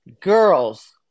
Girls